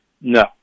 No